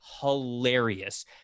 hilarious